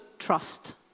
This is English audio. trust